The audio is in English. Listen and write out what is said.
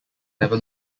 never